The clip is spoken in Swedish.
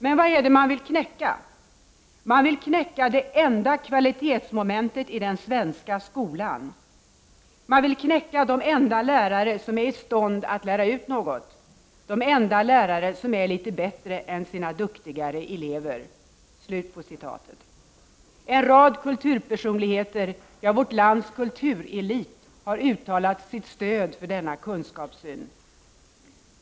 Men vad är det man vill knäcka? Man vill knäcka det enda kvalitetsmomentet i den svenska skolan. Man vill knäcka de enda lärare som är i stånd att lära ut något. De enda lärare som är lite bättre än sina duktigare elever.” En rad kulturpersonligheter, ja vårt lands kulturelit, har uttalat sitt stöd för denna kunskapssyn.